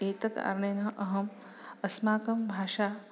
एतत् कारणेन अहम् अस्माकं भाषा